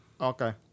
okay